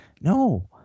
no